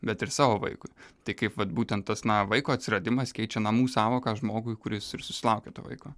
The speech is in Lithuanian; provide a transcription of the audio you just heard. bet ir savo vaikui tai kaip vat būtent tas na vaiko atsiradimas keičia namų sąvoką žmogui kuris ir susilaukė vaiko